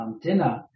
Dinner